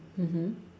mmhmm